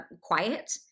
quiet